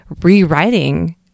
rewriting